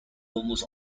almost